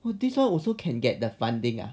!wah! this one also can get the funding ah